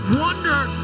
wonder